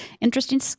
interesting